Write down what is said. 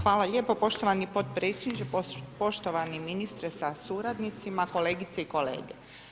Hvala lijepo poštovani potpredsjedniče, poštovani ministre s suradnicima, kolegice i kolege.